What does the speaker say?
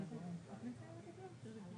אנחנו כל הזמן נפגשים.